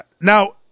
Now